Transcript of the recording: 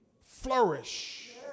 flourish